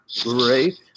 great